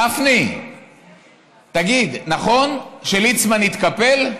גפני, תגיד, נכון שליצמן התקפל?